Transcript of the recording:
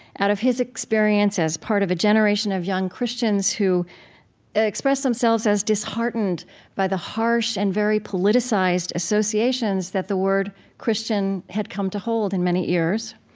out of his experience as part of a generation of young christians who expressed themselves as disheartened by the harsh and very politicized associations that the word christian had come to hold in many ears.